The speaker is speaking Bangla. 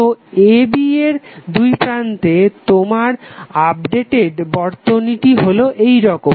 তো ab এর দুইপ্রান্তে তোমার আপদেটেড বর্তনীটি হলো এইরকম